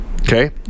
okay